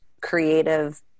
creative